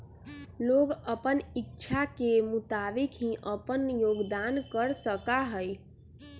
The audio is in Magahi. लोग अपन इच्छा के मुताबिक ही अपन योगदान कर सका हई